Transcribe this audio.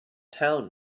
town